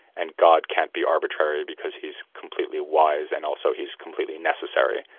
and god can't be arbitrary because he's completely wise and also he's completely necessary,